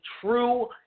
true